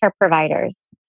providers